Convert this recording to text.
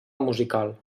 musical